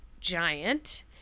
giant